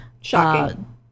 Shocking